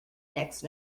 next